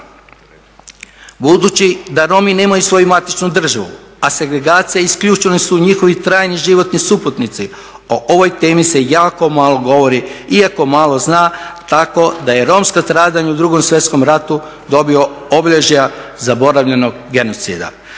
Budući da Romi nemaju svoju matičnu državu, a segregacija i isključenost su njihovi trajni suputnici o ovoj temi se jako malo govori i jako malo zna, tako da je romsko stradanje u 2. svjetskom ratu dobilo obilježja zaboravljenog genocida.